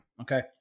Okay